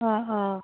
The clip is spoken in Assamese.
অঁ অঁ